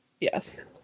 yes